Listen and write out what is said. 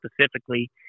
specifically